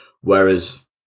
whereas